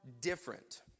different